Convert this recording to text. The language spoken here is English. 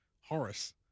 Horace